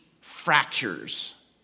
fractures